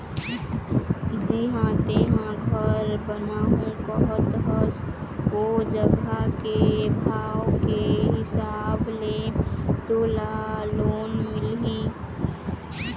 जिहाँ तेंहा घर बनाहूँ कहत हस ओ जघा के भाव के हिसाब ले तोला लोन मिलही